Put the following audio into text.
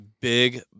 big